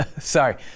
Sorry